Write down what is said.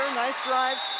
nice drive.